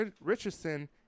Richardson